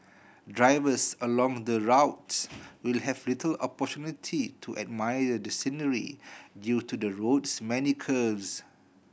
drivers along the route will have little opportunity to admire the scenery due to the road's many curves